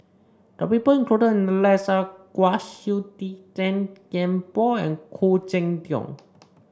the people included in the list are Kwa Siew Tee Tan Kian Por and Khoo Cheng Tiong